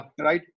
right